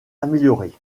amélioré